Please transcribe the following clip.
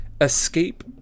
escape